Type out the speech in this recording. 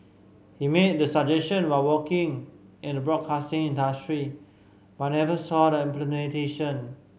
he made the suggestion while working in the broadcasting industry but never saw the implementation